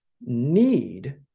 Need